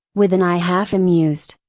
with an eye half amused,